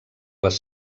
les